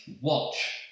watch